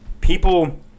People